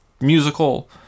musical